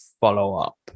follow-up